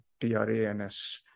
t-r-a-n-s